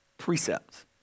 precepts